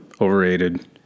Overrated